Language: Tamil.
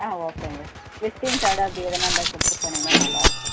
ஆ ஓகேங்க விசிட்டிங் கார்டு அப்படி எதனால் இருந்தால் கொடுத்துட்டு போனீங்கன்னால் நல்லாயிருக்கும்